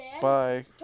Bye